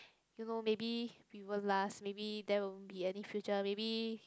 you know maybe we won't last maybe there won't be any future maybe